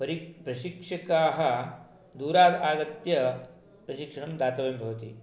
प्रशिक्षकाः दूरादागत्य प्रशिक्षणं दातव्यं भवति